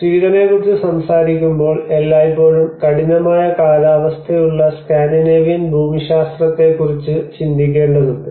സ്വീഡനെക്കുറിച്ച് സംസാരിക്കുമ്പോൾ എല്ലായ്പ്പോഴും കഠിനമായ കാലാവസ്ഥയുള്ള സ്കാൻഡിനേവിയൻ ഭൂമിശാസ്ത്രത്തെക്കുറിച്ച് ചിന്ന്തിക്കേണ്ടതുണ്ട്